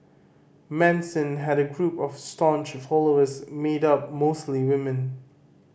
Manson had a group of staunch followers made up mostly women